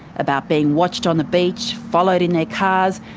about being watched on the beach, followed in their cars,